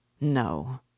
no